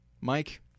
Mike